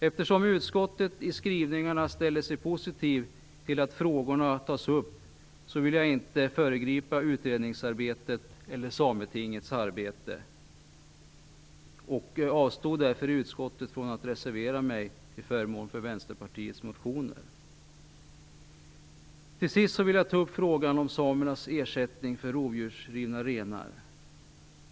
Eftersom utskottet i skrivningarna ställer sig positivt till att frågorna tas upp, vill jag inte föregripa utredningsarbetet eller Sametingets arbete och avstod därför i utskottet från att reservera mig till förmån för Till sist vill jag ta upp frågan om samernas ersättning för rovdjursrivna renar.